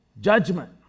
Judgment